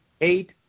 eight